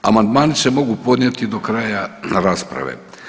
Amandmani se mogu podnijeti do kraja rasprave.